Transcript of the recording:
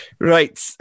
Right